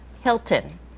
Hilton